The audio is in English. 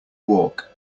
walk